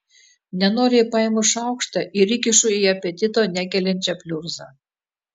nenoriai paimu šaukštą ir įkišu į apetito nekeliančią pliurzą